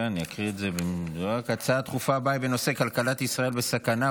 נעבור להצעה לסדר-היום בנושא: כלכלת ישראל בסכנה,